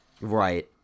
Right